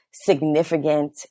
significant